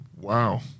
Wow